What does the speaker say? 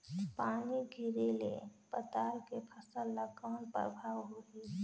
पानी गिरे ले पताल के फसल ल कौन प्रभाव होही?